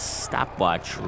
stopwatch